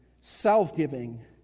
self-giving